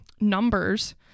numbers